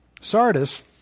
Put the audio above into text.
Sardis